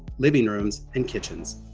living rooms and kitchens,